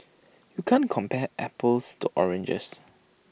you can't compare apples to oranges